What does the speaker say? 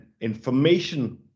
information